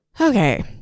Okay